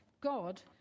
God